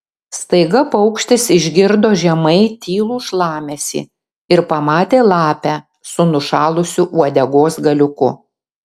staiga paukštis išgirdo žemai tylų šlamesį ir pamatė lapę su nušalusiu uodegos galiuku